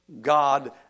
God